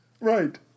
Right